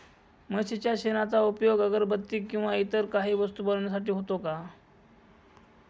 म्हशीच्या शेणाचा उपयोग अगरबत्ती किंवा इतर काही वस्तू बनविण्यासाठी होतो का?